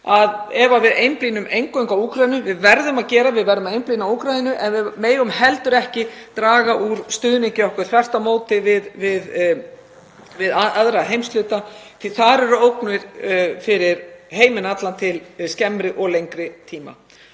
ef við einblínum eingöngu á Úkraínu — við verðum að gera það, við verðum að einblína á Úkraínu en við megum heldur ekki draga úr stuðningi okkar, þvert á móti, við aðra heimshluta því þar eru ógnir fyrir heiminn allan til skemmri og lengri tíma.